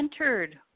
entered